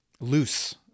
loose